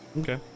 Okay